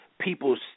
people's